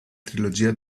trilogia